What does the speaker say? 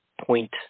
Point